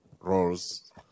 roles